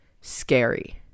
scary